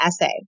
essay